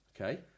okay